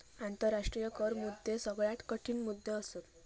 आंतराष्ट्रीय कर मुद्दे सगळ्यात कठीण मुद्दे असत